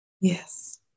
Yes